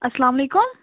اَسلام علیکُم